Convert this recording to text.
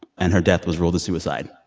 and her death was ruled a suicide.